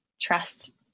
trust